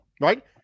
Right